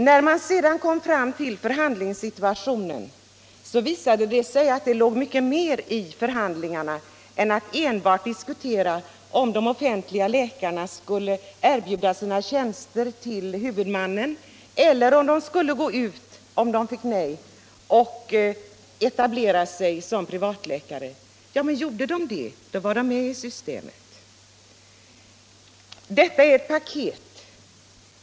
När förhandlingarna kom till stånd visade det sig att dessa avsåg mycket mera än enbart en diskussion, om de offentligt anställda läkarna skulle erbjuda sina tjänster till huvudmannen eller om de vid ett nej till er 21 bjudandet skulle etablera sig som privatläkare. Om de valde det senare alternativet skulle de omfattas av systemet. Det är fråga om ett förhandlingspaket.